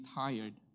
tired